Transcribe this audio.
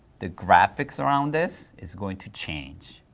the graphics around this is going to change.